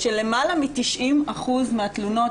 שלמעלה מ-90% מהתלונות,